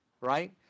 right